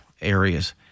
areas